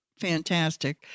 fantastic